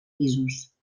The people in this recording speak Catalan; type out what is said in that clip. pisos